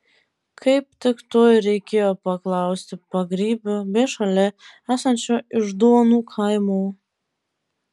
kaip tik to ir reikėjo paklausti pagrybio bei šalia esančio iždonų kaimų